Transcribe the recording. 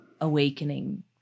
awakening